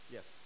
Yes